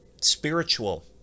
spiritual